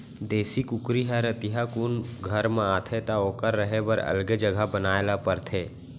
देसी कुकरी ह रतिहा कुन घर म आथे त ओकर रहें बर अलगे जघा बनाए ल परथे